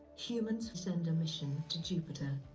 humans send a mission to jupiter.